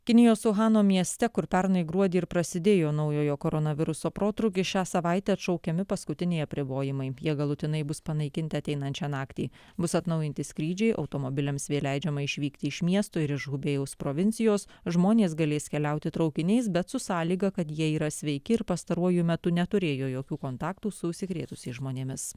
kinijos uhano mieste kur pernai gruodį ir prasidėjo naujojo koronaviruso protrūkis šią savaitę atšaukiami paskutiniai apribojimai jie galutinai bus panaikinti ateinančią naktį bus atnaujinti skrydžiai automobiliams vėl leidžiama išvykti iš miestų ir iš hubėjaus provincijos žmonės galės keliauti traukiniais bet su sąlyga kad jie yra sveiki ir pastaruoju metu neturėjo jokių kontaktų su užsikrėtusiais žmonėmis